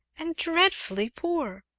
and dreadfully poor!